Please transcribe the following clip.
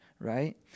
right